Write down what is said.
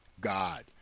God